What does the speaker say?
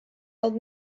old